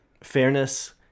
fairness